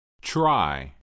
Try